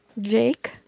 Jake